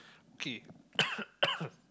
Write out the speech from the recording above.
okay